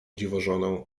dziwożonę